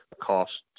cost